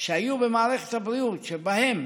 היו במערכת הבריאות, ובהם